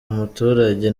umuturage